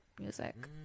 music